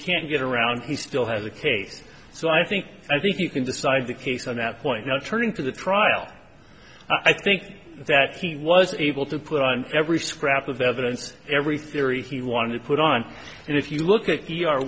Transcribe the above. can't get around he still has a case so i think i think he can decide the case on that point now turning to the trial i think that he was able to put on every scrap of evidence every theory he wanted to put on and if you look at